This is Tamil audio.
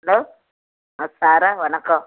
ஹலோ ஆ சார்ரா வணக்கம்